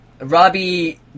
Robbie